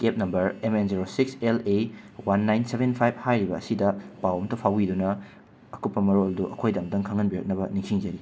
cab number M N zero six L A one nine seven five ꯍꯥꯏꯔꯤꯕ ꯑꯁꯤꯗ ꯄꯥꯎ ꯑꯝꯇ ꯐꯥꯎꯕꯤꯗꯨꯅ ꯑꯀꯨꯞꯄ ꯃꯔꯣꯜꯗꯨ ꯑꯩꯈꯣꯏꯗ ꯑꯝꯇ ꯈꯪꯍꯟꯕꯤꯔꯛꯅꯕ ꯅꯤꯡꯁꯤꯡꯖꯔꯤ